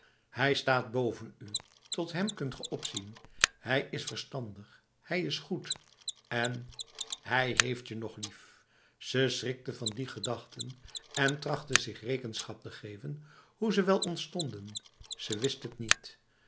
hij staat boven u tot hem kunt ge opzien hij is verstandig hij is goed en hij heeft je nog lief ze schrikte van die gedachten en trachtte zich rekenschap te geven hoe ze wel ontstonden ze wist het niet